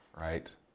right